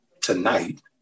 Tonight